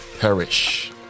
perish